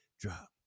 drop